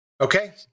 okay